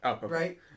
right